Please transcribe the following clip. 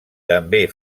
també